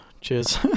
Cheers